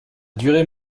durée